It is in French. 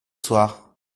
soir